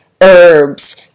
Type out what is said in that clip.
herbs